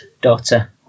Daughter